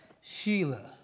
Sheila